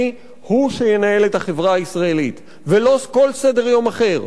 הוא שינהל את החברה הישראלית ולא כל סדר-יום אחר,